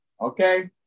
okay